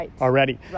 already